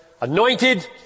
Anointed